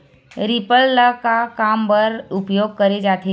Reaper ल का काम बर उपयोग करे जाथे?